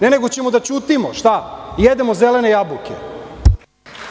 Ne, nego ćemo da ćutimo, da jedemo zelene jabuke.